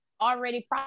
already